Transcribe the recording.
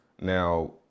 Now